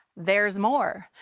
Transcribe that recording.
there's more.